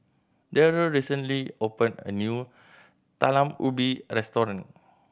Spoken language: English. Darrell recently opened a new Talam Ubi restaurant